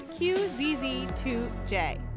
qzz2j